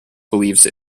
believes